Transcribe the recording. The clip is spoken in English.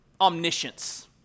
omniscience